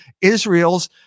Israel's